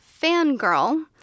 fangirl